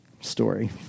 story